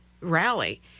rally